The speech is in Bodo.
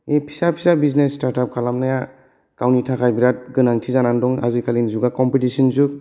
बे फिसा फिसा बिजनेस स्टार्त आप खालामनाया गावनि थाखाय बिरात गोनांथि जानानै दं आजि खालि नि जुगा कम्पिटिसननि जुग